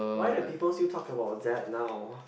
why do people still talk about that now